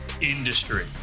industry